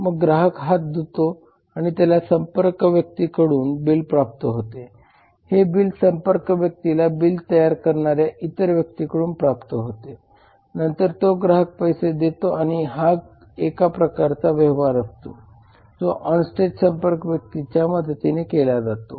मग ग्राहक हाथ धुतो आणि त्याला संपर्क व्यक्तीकडून बिल प्राप्त होते हे बिल संपर्क व्यक्तीला बिल तयार करणाऱ्या इतर व्यक्तीकडून प्राप्त होते नंतर तो ग्राहक पैसे देतो आणि हा एका प्रकारचा व्यवहार असतो जो ऑनस्टेज संपर्क व्यक्तीच्या मदतीने केला जातो